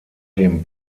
dem